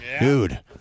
Dude